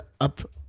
up